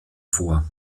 vor